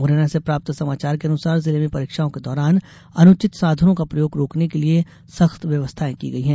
मुरैना से प्राप्त समाचार के अनुसार जिले में परीक्षाओं के दौरान अनुचित साधनों का प्रयोग रोकने के लिये सख्त व्यवस्थायें की गई हैं